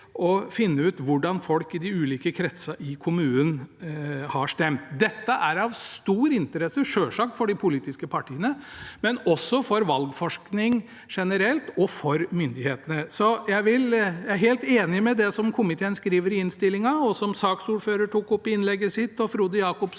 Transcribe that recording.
å finne ut hvordan folk i de ulike kretsene i kommunen har stemt. Dette er selvsagt av stor interesse for de politiske partiene, men også for valgforskning generelt og for myndighetene. Jeg er helt enig med det komiteen skriver i innstillingen, og som både saksordføreren, representanten Frode Jacobsen